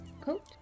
coat